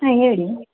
ಹಾಂ ಹೇಳಿ